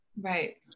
right